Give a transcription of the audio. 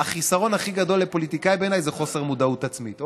החיסרון הכי גדול לפוליטיקאי בעיניי זה חוסר מודעות עצמית,